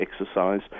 exercise